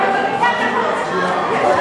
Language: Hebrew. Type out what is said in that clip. עוד עשר שנים במליאה.